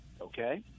Okay